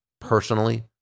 personally